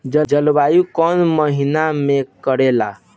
जलवायु कौन महीना में करेला?